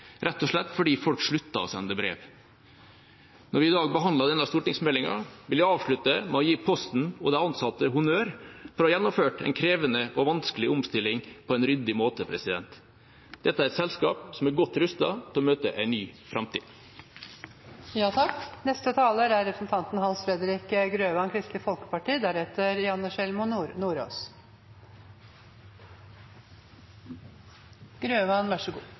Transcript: rett og slett fordi folk sluttet å sende brev. Når vi i dag behandler denne stortingsmeldinga, vil jeg avslutte med å gi Posten og de ansatte honnør for å ha gjennomført en krevende og vanskelig omstilling på en ryddig måte. Dette er et selskap som er godt rustet til å møte en ny